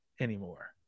Anymore